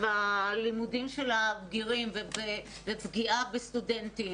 הלימודים של הבגירים ופגיעה בסטודנטים